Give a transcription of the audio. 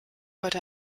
heute